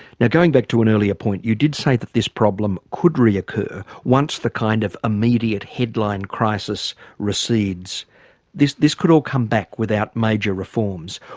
now going back to an earlier point, you did say that this problem could re-occur once the kind of immediate headline crisis recedes this this could all come back without major reforms.